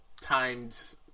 timed